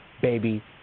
baby